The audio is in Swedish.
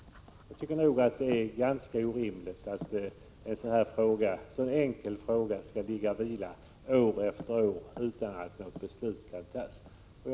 Jag tycker det är ganska orimligt att en så enkel fråga skall vila år efter år utan att något beslut kan tas.